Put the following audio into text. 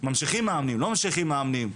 ממשיכים מאמנים, לא ממשיכים מאמנים.